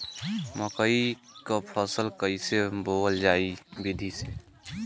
मकई क फसल कईसे बोवल जाई विधि से?